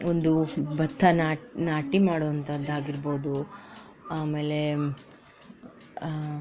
ಒಂದು ಭತ್ತ ನಾಟಿ ಮಾಡುವಂಥದ್ದಾಗಿರ್ಬೋದು ಆಮೇಲೆ